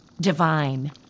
Divine